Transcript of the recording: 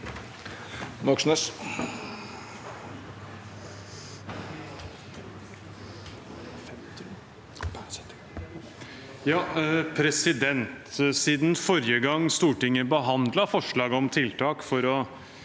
Siden forrige gang Stortinget behandlet forslag om tiltak for å